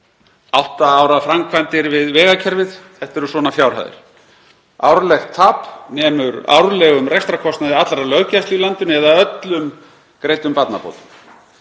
átta ára framkvæmdum við vegakerfið. Þetta eru svona fjárhæðir. Árlegt tap nemur árlegum rekstrarkostnaði allrar löggæslu í landinu, eða öllum greiddum barnabótum.